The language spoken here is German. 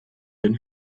den